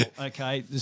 okay